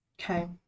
Okay